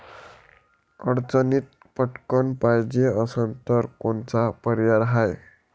अडचणीत पटकण पायजे असन तर कोनचा पर्याय हाय?